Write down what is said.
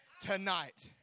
tonight